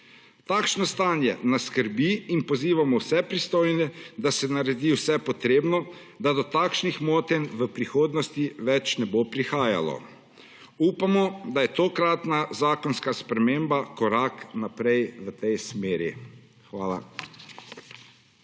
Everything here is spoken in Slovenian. Takšno stanje nas skrbi in pozivamo vse pristojne, da se naredi vse potrebno, da do takšnih motenj v prihodnosti več ne bo prihajalo. Upamo, da je tokratna zakonska sprememba korak naprej v tej smeri. Hvala.